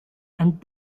and